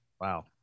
wow